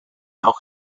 auch